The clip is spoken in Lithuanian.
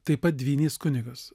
taip pat dvynys kunigas